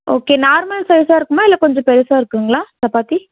okay normal சைஸாக இருக்குமா இல்லை கொஞ்சோம் பெருசாக இருக்குதுங்களா சப்பாத்தி